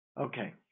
Okay